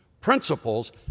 Principles